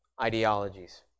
ideologies